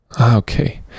Okay